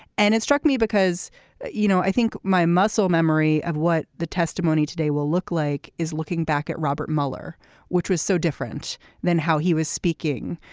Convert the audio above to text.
and it struck me because you know i think my muscle memory of what the testimony today will look like is looking back at robert mueller which was so different than how he was speaking.